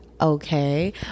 okay